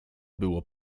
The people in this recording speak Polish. było